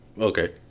Okay